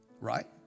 Right